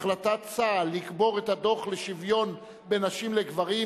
החלטת צה"ל לקבור את הדוח לשוויון בין נשים לגברים,